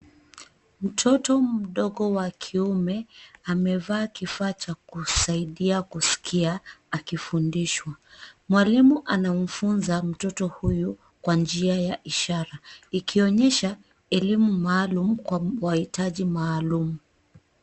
Mtoto mdogo wa kiume amevaa kifaa cha kusaidia kusikia akifundishwa. Mwalimu anamfunza mtoto huyu kwa njia ya ishara ikionyesha elimu maalum kwa wahitaji maalum.